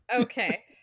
Okay